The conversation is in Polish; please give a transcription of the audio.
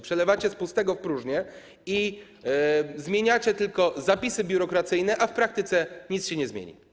Przelewacie z pustego w próżne i zmieniacie tylko zapisy dotyczące biurokracji, a w praktyce nic się nie zmieni.